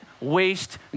waste